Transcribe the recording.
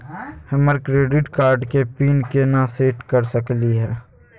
हमर credit card के PIN केना सेट कर सकली हे?